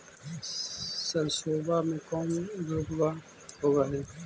सरसोबा मे कौन रोग्बा होबय है?